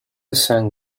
sang